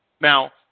Now